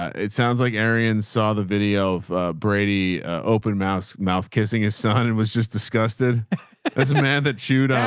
it sounds like aaron saw the video of brady open mouse, mouth kissing his son and was just disgusted as a man that shoot. um